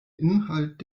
inhalt